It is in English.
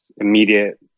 immediate